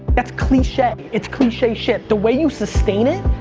that's cliche, it's cliche shit. the way you sustain it,